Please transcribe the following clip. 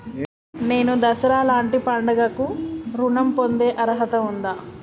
నేను దసరా లాంటి పండుగ కు ఋణం పొందే అర్హత ఉందా?